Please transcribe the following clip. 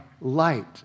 light